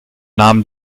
nahm